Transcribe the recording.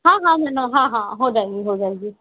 हाँ हाँ मैम हाँ हाँ हो जाएगी हो जाएगी